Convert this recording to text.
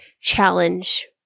challenge